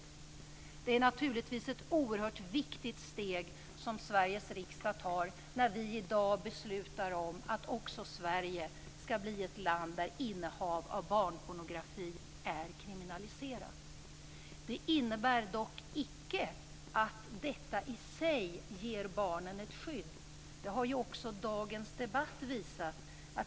Det är naturligtvis ett oerhört viktigt steg som Sveriges riksdag tar när vi i dag beslutar om att också Sverige skall bli ett land där innehav av barnpornografi är kriminaliserat. Det innebär dock icke att detta i sig ger barnen ett skydd. Det har ju också dagens debatt visat.